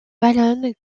wallon